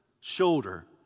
shoulder